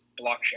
blockchain